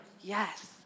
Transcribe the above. Yes